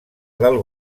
del